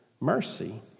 mercy